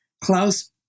Klaus